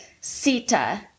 Sita